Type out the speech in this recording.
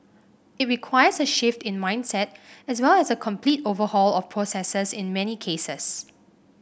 it requires a shift in mindset as well as a complete overhaul of processes in many cases